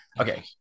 okay